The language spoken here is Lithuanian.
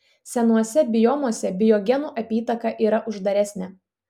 senuose biomuose biogenų apytaka yra uždaresnė